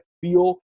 feel